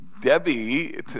Debbie